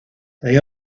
they